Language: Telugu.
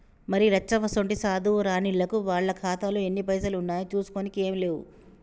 మరి లచ్చవ్వసోంటి సాధువు రానిల్లకు వాళ్ల ఖాతాలో ఎన్ని పైసలు ఉన్నాయో చూసుకోనికే ఏం లేవు